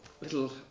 little